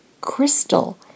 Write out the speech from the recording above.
crystal